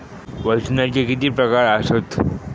वजनाचे किती प्रकार आसत?